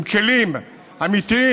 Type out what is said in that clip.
עם כלים אמיתיים,